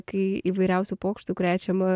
kai įvairiausių pokštų krečiama